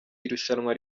irushanwa